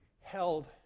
held